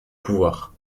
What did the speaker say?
pouvoir